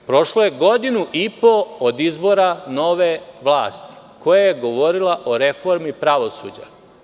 Prošlo je godinu i po od izbora nove vlasti koja je govorila o reformi pravosuđa.